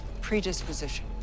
predisposition